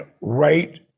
right